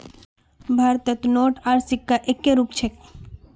भारतत नोट आर सिक्कार एक्के रूप छेक